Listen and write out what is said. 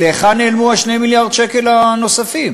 להיכן נעלמו 2 מיליארד השקל הנוספים?